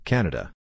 Canada